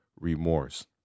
remorse